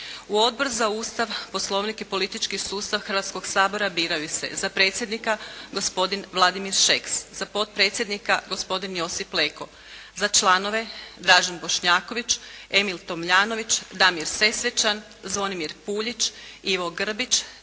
U Odbor za Ustav, poslovnik i politički sustav Hrvatskoga sabora biraju se za predsjednika gospodin Vladimir Šeks, za potpredsjednika gospodin Josip Leko, za članove Dražen Bošnjaković, Emil Tomljanović, Damir Sesvečan, Zvonimir Puljić, Ivo Grbić,